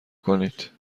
کنید